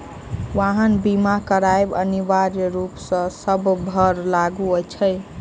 वाहन बीमा करायब अनिवार्य रूप सॅ सभ पर लागू अछि